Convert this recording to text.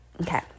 okay